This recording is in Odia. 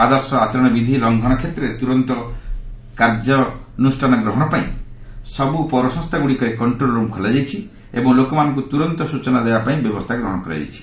ଆଦର୍ଶ ଆଚରଣବିଧି ଲଙ୍ଘନ କ୍ଷେତ୍ରରେ ତ୍ରରନ୍ତ କାର୍ଯ୍ୟାନୁଷ୍ଠାନ ଗ୍ରହଣ ପାଇଁ ସବୁ ପପର୍ଯ୍ୟାଗୁଡ଼ିକରେ କଣ୍ଟ୍ରୋଲ୍ରୁମ୍ ଖୋଲାଯାଇଛି ଏବଂ ଲୋକମାନଙ୍କୁ ତୁରନ୍ତ ସୂଚନା ଦେବା ପାଇଁ ବ୍ୟବସ୍ଥା ଗ୍ରହଣ କରାଯାଇଛି